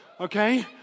Okay